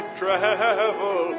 travel